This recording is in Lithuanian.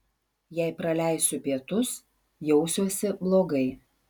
jei praleisiu pietus jausiuosi blogai